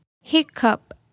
Hiccup